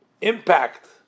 impact